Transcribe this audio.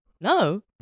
no